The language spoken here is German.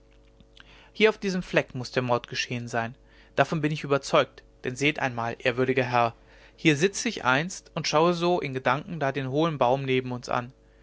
hier auf diesem fleck muß der mord geschehen sein davon bin ich überzeugt denn seht einmal ehrwürdiger herr hier sitze ich einst und schaue so in gedanken da den hohlen baum neben uns an